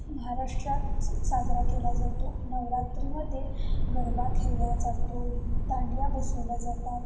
महाराष्ट्रात साजरा केला जातो नवरात्रीमध्ये गरबा खेळला जातो दांडिया बसवल्या जातात